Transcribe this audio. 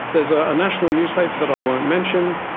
there is ah a national newspaper that i won't mention,